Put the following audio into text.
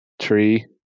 tree